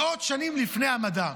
מאות שנים לפני המדע.